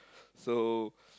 so